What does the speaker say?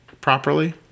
properly